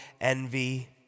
envy